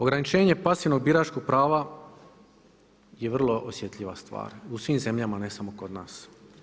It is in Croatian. Ograničenje pasivnog biračkog prava je vrlo osjetljiva stvar u svim zemljama ne samo kod nas.